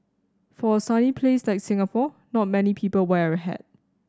for a sunny place like Singapore not many people wear a hat